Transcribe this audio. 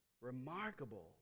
remarkable